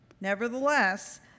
Nevertheless